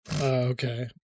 okay